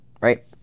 Right